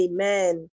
Amen